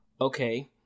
okay